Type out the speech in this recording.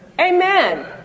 Amen